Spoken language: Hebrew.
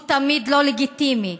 הוא תמיד לא לגיטימי,